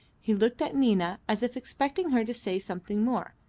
he looked at nina, as if expecting her to say something more,